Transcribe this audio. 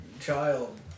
child